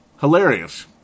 hilarious